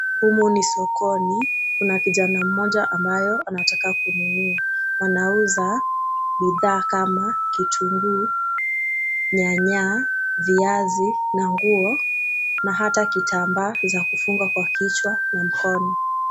Humu ni sokoni kuna kijana mmoja ambayo anataka kununua .Wanauza bidhaa Kama kitunguu , nyanya, viazi na nguo na ata kitambaa za kufunga kwa kichwa na mkono.